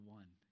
one